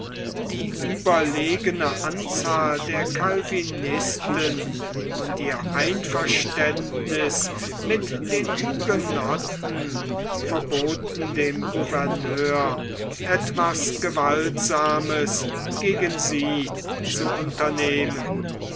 die überlegene anzahl der calvinisten und ihr einverständniß mit den hugenotten verboten dem gouverneur etwas gewaltsames gegen sie zu unternehmen